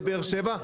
לבאר שבע,